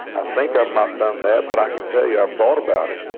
i think i've not done that, but i can tell you, i've thought about it.